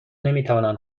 نمیتوانند